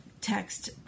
text